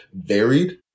varied